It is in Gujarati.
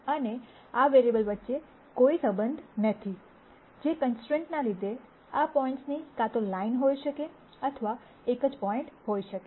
અને આ વેરીએબલ્સ વચ્ચે કોઈ સંબંધ નથીજે કન્સ્ટ્રૈન્ટ ના લીધે આ પોઈન્ટ્સ કાં તો લાઈન હોઈ શકે અથવા એક જ પોઇન્ટ હોઈ શકે